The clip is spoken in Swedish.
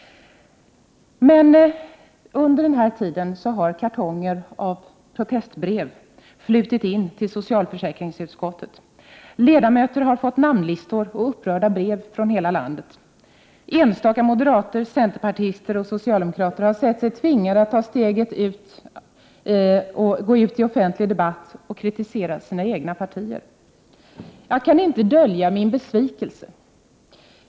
Under den här tiden har kartonger av protestbrev flutit in till socialförsäkringsutskottet. Ledamöterna har fått namnlistor och upprörda brev från hela landet. Enstaka moderater, centerpartister och socialdemokrater har sett sig tvingade att gå ut i offentlig debatt och kritisera sina egna partier. Jag kan inte dölja min besvikelse.